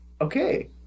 Okay